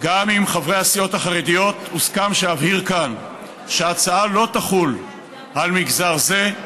עם חברי הסיעות החרדיות הוסכם שאבהיר כאן שההצעה לא תחול על מגזר זה,